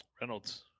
Reynolds